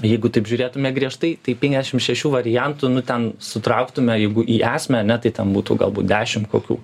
jeigu taip žiūrėtume griežtai tai penkiasdešim šešių variantų nu ten sutrauktume jeigu į esmę ane tai ten būtų galbūt dešim kokių